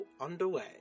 underway